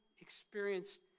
experienced